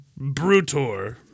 Brutor